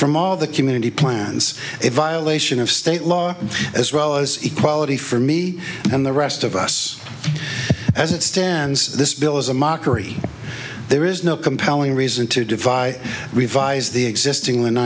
from all the community plans a violation of state law as well as equality for me and the rest of us as it stands this bill is a mockery there is no compelling reason to defy revise the existing